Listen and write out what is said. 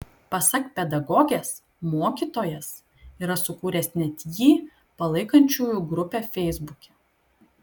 pasak pedagogės mokytojas yra sukūręs net jį palaikančiųjų grupę feisbuke